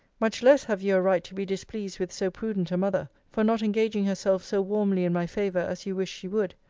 much less have you a right to be displeased with so prudent a mother, for not engaging herself so warmly in my favour, as you wished she would.